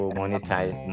monetize